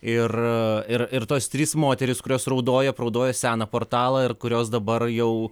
ir ir ir tos trys moterys kurios raudojo apraudojo seną portalą ir kurios dabar jau